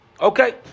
Okay